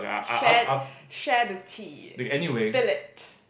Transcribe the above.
share share the tea spill it